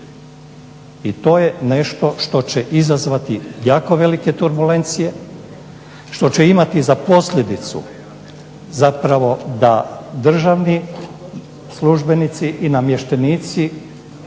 i to je nešto što će izazvati jako velike turbulencije, što će imati za posljedicu zapravo da državni službenici i namještenici